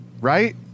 Right